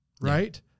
right